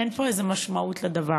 אין פה איזה משמעות לדבר,